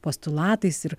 postulatais ir